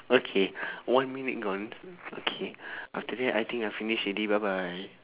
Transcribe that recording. okay one minute gone okay after that I think I finish already bye bye